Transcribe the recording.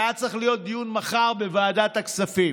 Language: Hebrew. היה צריך להיות דיון מחר בוועדת הכספים.